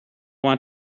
want